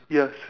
yes